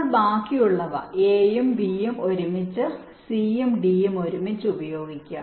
ഇപ്പോൾ ബാക്കിയുള്ളവ a യും b യും ഒരുമിച്ച് c യും d യും ഒരുമിച്ച് ഉപയോഗിക്കുക